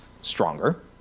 stronger